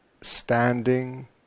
standing